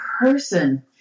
person